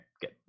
good